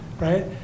right